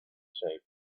shape